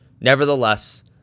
nevertheless